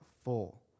full